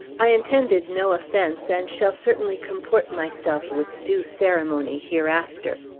i intended no offence, and shall certainly comport myself with due ceremony hereafter.